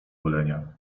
golenia